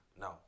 No